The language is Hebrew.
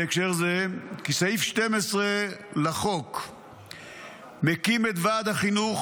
בהקשר זה כי סעיף 12 לחוק מקים את ועד החינוך,